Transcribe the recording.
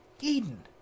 Eden